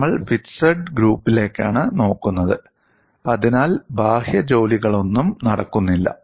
നമ്മൾ ഫിക്സഡ് ഗ്രിപ്പിലേക്കാണ് നോക്കുന്നത് അതിനാൽ ബാഹ്യ ജോലികളൊന്നും നടക്കുന്നില്ല